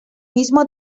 mismo